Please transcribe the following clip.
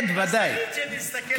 אז תגיד שאני אסתכל עליך.